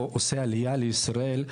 או שעושה עלייה לישראל,